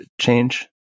change